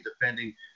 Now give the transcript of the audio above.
defending